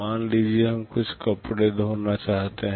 मान लीजिए हम कुछ कपड़े धोना चाहते हैं